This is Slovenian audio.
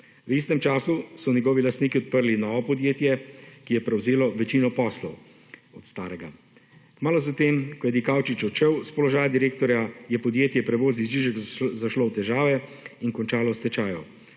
V istem času so njegovi lastniki odprli novo podjetje, ki je prevzelo večino poslov od starega. Kmalu za tem, ko je Dikaučič odštel s položaja direktorja je podjetje Prevozi Žižek zašlo v težave in končalo v stečaju.